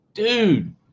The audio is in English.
dude